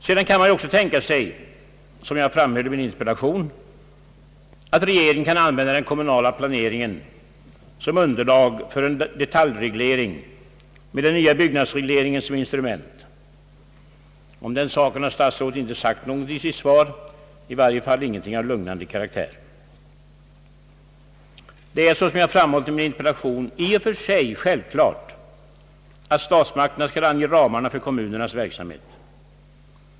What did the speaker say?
Sedan kan man ju också tänka sig, såsom jag framhöll i min interpellation, att regeringen kan använda den kommunala planeringen som underlag för en detaljreglering med den nya byggnadsregleringen som instrument. Om den saken har statsrådet inte sagt någonting i sitt svar — i varje fall inte någonting av lugnande karaktär. Det är, såsom jag framhållit i min interpellation, i och för sig självklart att statsmakterna skall ange ramarna för kommunernas verksamhet.